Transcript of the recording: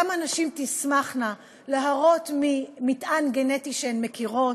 כמה נשים תשמחנה להרות ממטען גנטי שהן מכירות,